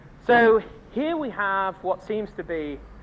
so here we have what seems to be